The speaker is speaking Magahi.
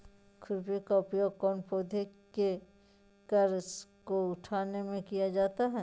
खुरपी का उपयोग कौन पौधे की कर को उठाने में किया जाता है?